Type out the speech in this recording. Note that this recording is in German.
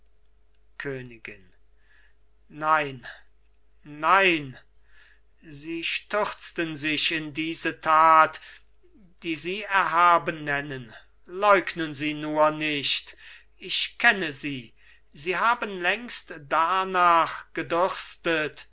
königin nein nein sie stürzten sich in diese tat die sie erhaben nennen leugnen sie nur nicht ich kenne sie sie haben längst darnach